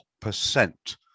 percent